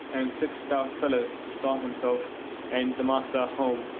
and six stout fellows saw himself and the master home,